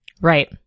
Right